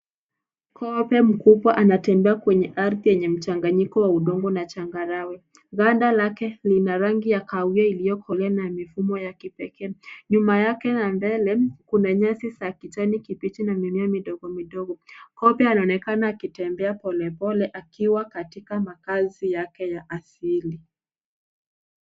Kobe mkubwa anatembea kwenye ardhi yenye mchanganyiko wa udongo na changarawe ganda lake lina rangi ya kahawia iliyokolea na mifumo yake ya kipekee nyuma yake na mbele kuna nyasi za kijani kibichi na mimea midogo midogo kobe anaonekana akitembea pole pole akiwa katika makaazi yake ya asili